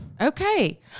Okay